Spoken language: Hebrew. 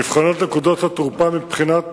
נבחנות נקודות התורפה מבחינת